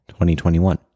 2021